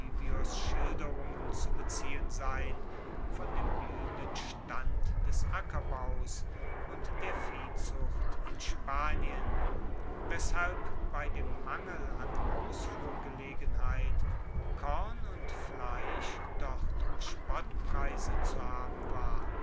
schilderungen zu beziehen sein von dem bluehenden stand des ackerbaus und der viehzucht in spanien weshalb bei dem mangel an ausfuhrgelegenheit korn und fleisch dort um spottpreise zu haben war